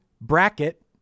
Bracket